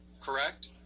correct